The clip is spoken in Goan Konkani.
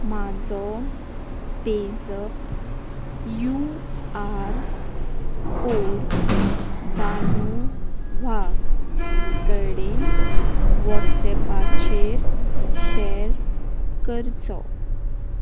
म्हाजो पेझप यू आर कोड बानू वाघ कडेन वॉट्सॅपाचेर शॅर करचो